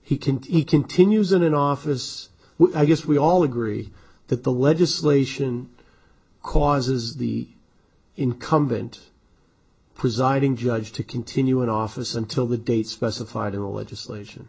he can t continues in an office i guess we all agree that the legislation causes the incumbent presiding judge to continue in office until the date specified in the legislat